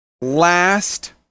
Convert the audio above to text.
last